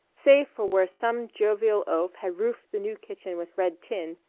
save for where some jovial oaf had roofed the new kitchen with red tin,